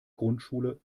grundschule